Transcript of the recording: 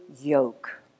yoke